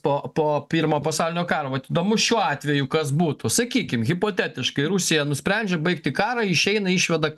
po po pirmo pasaulinio karo vat įdomu šiuo atveju kas būtų sakykim hipotetiškai rusija nusprendžia baigti karą išeina išveda